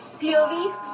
POV